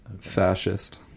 fascist